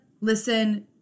listen